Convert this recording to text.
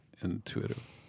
intuitive